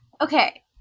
Okay